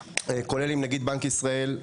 ביניהן עם נגיד בנק ישראל,